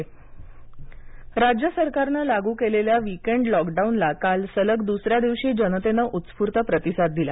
राज्य टाळेबंदी राज्य सरकारने लागू केलेल्या वीकेण्ड लॉकडाऊनला काल सलग द्सऱ्या दिवशी जनतेनं उत्स्फूर्त प्रतिसाद दिला